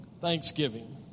Thanksgiving